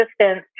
assistance